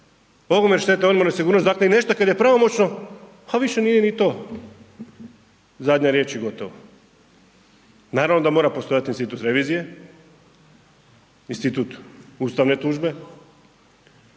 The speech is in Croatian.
ogromne štete, ogromna nesigurnost dakle i nešto kad je pravomoćno, a više nije ni to zadnja riječ i gotovo. Naravno da mora postojat institut revizije, institut ustavne tužbe,